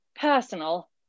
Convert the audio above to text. personal